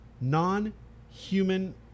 non-human